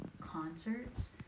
concerts